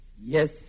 Yes